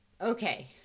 Okay